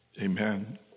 Amen